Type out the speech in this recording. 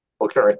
Okay